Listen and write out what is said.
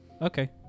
Okay